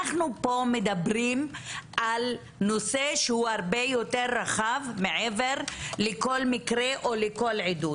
אנחנו פה מדברים על נושא שהוא הרבה יותר רחב מעבר לכל מקרה או לכל עדות.